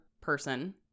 person